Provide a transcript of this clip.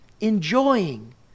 enjoying